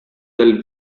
del